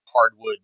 hardwood